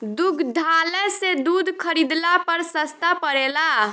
दुग्धालय से दूध खरीदला पर सस्ता पड़ेला?